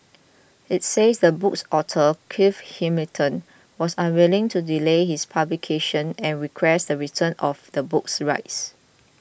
it said the book's author Clive Hamilton was unwilling to delay his publication and requested the return of the book's rights